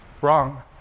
Wrong